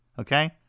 okay